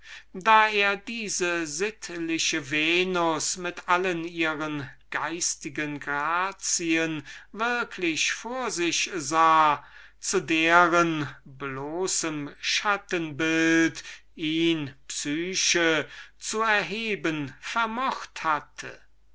da er diese sittliche venus mit allen ihren geistigen grazien würklich vor sich sah zu deren bloßen schattenbild ihn psyche zu erheben vermocht hatte